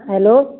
hello